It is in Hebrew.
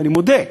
ואני מודה: